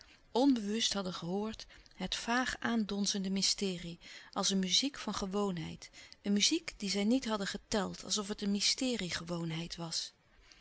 onbewust hadden gehoord het vaag aandonzende mysterie als een muziek van gewoonheid een muziek die zij niet hadden geteld alsof het mysterie gewoonheid was